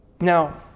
Now